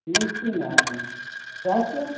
T ಸಿನಾ ಯಾಕೆ